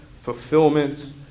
fulfillment